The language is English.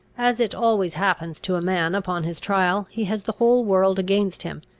as it always happens to a man upon his trial, he has the whole world against him,